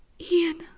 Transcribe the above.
Ian